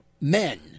men